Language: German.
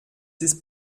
ist